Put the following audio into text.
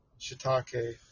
shiitake